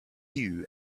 queue